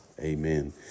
Amen